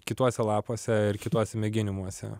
kituose lapuose ir kituose mėginimuose